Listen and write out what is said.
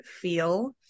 feel